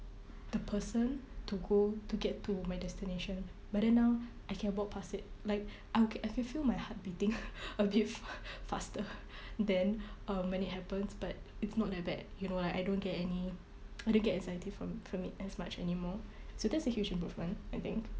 the person to go to get to my destination but then now I can walk pass it like I'll okay I can feel my heart beating a bit faster than um when it happens but it's not that bad you know like I don't get any I don't get anxiety from from it as much anymore so that's a huge improvement I think